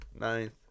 Ninth